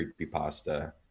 creepypasta